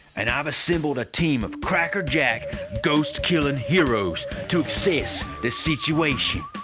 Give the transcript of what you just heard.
and i've assembled a team of crackerjack ghosts killing heroes to access this situation.